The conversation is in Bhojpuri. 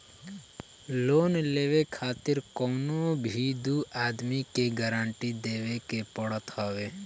लोन लेवे खातिर कवनो भी दू आदमी के गारंटी देवे के पड़त हवे